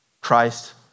Christ